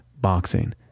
boxing